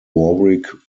warwick